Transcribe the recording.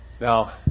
Now